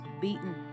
beaten